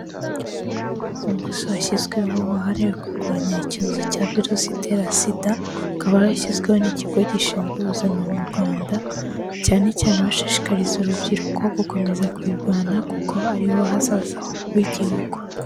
Umunsi washyizweho wahariwe kurwanya icyorezo cya virusi itera SIDA, ukaba warashyizweho n'ikigo gishinzwe ubuzima mu Rwanda cyane cyane bashishikariza urubyiruko gukomeza kuyirwanya kuko aribo hazaza h'igihugu.